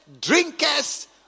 drinkers